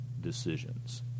decisions